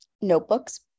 notebooks